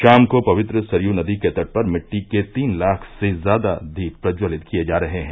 शाम को पवित्र सरयू नदी के तट पर मिट्टी के तीन लाख से ज्यादा दीप प्रज्जवलित किये जा रहे हैं